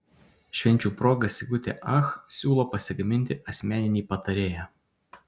švenčių proga sigutė ach siūlo pasigaminti asmeninį patarėją